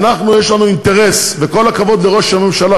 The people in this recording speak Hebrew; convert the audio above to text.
אנחנו, יש לנו אינטרס, וכל הכבוד לראש הממשלה.